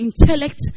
intellect